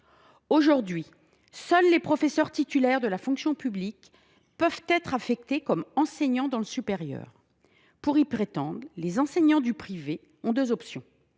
Aujourd’hui, seuls les professeurs titulaires de la fonction publique peuvent être affectés comme enseignants dans le supérieur. Pour y prétendre, les enseignants du privé ont deux options